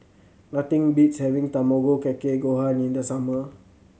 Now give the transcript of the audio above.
nothing beats having Tamago Kake Gohan in the summer